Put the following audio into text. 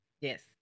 Yes